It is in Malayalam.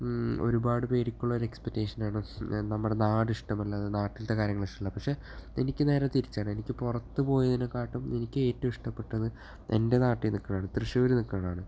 ഒരുപാട് പേർക്കുള്ള ഒരു എക്സ്പെക്ടേഷനാണ് നമ്മുടെ നാട് ഇഷ്ടമല്ലാത്ത നാട്ടിലത്തെ കാര്യങ്ങൾ ഇഷ്ടമല്ലാത്ത പക്ഷേ എനിക്ക് നേരെ തിരിച്ചാണ് എനിക്ക് പുറത്തു പോയേനെക്കാട്ടും എനിക്ക് ഏറ്റവും ഇഷ്ടപ്പെട്ടത് എൻ്റെ നാട്ടിൽ നിൽക്കണതാണ് തൃശ്ശൂർ നിൽക്കണതാണ്